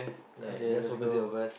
okay let's go